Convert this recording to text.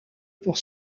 pour